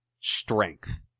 strength